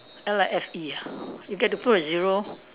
L I F E ah you get to put a zero